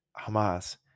Hamas